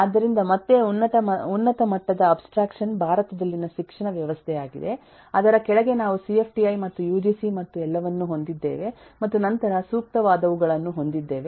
ಆದ್ದರಿಂದ ಮತ್ತೆ ಉನ್ನತ ಮಟ್ಟದ ಅಬ್ಸ್ಟ್ರಾಕ್ಷನ್ ಭಾರತದಲ್ಲಿನ ಶಿಕ್ಷಣ ವ್ಯವಸ್ಥೆಯಾಗಿದೆ ಅದರ ಕೆಳಗೆ ನಾವು ಸಿಎಫ್ಟಿಐ ಮತ್ತು ಯುಜಿಸಿ ಮತ್ತು ಎಲ್ಲವನ್ನು ಹೊಂದಿದ್ದೇವೆ ಮತ್ತು ನಂತರ ಸೂಕ್ತವಾದವುಗಳನ್ನು ಹೊಂದಿದ್ದೇವೆ